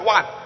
One